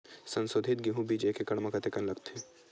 संसोधित गेहूं बीज एक एकड़ म कतेकन लगथे?